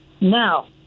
Now